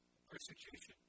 Persecution